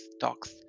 Talks